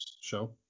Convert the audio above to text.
show